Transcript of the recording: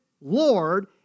Lord